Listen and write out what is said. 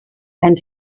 and